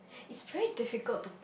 it's very difficult to pick